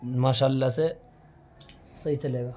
ماشاء اللہ سے صحیح چلے گا